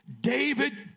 David